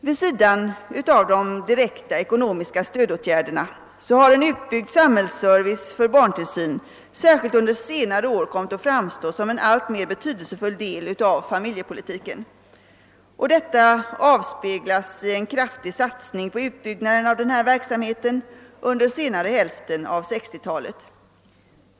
Vid sidan av de direkta ekonomiska stödåtgärderna har en utvidgad samhällsservice för barntillsynen särskilt under senare år kommit att framstå som en alltmer betydelsefull del av familjepolitiken, vilket avspeglas i en kraftig satsning på utbyggnaden av den verksamheten under senare hälften av 1960 talet.